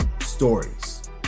stories